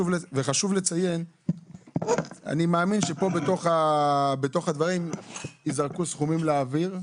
אני מאמין שבמהלך הדיון ייזרקו סכומים לאוויר,